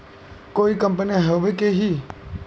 कोई कंपनी होबे है की?